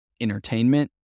entertainment